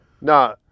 no